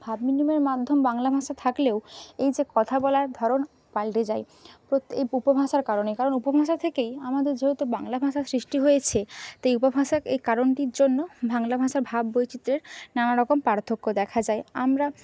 ভাব বিনিময়ের মাধ্যম বাংলা ভাষা থাকলেও এই যে কথা বলার ধরন পাল্টে যায় এই উপভাষার কারণে কারণ উপভাষা থেকেই আমাদের যেহেতু বাংলা ভাষার সৃষ্টি হয়েছে তাই উপভাষা এই কারণটির জন্য বাংলা ভাষার ভাব বৈচিত্র্যের নানারকম পার্থক্য দেখা যায় আমরা